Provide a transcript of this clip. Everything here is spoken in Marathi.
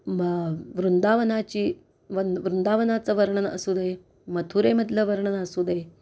मग वृंदावनाची वन वृंदावनाचं वर्णन असू दे मथुरेमधलं वर्णन असू दे